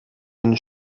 den